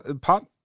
pop